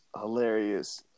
hilarious